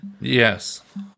Yes